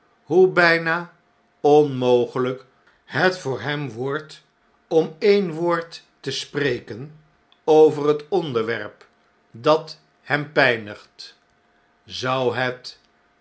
byna onmogelyk het voor hem wordt om een woord te spreken over het onderwerp dat hem pynigt zou het